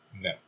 No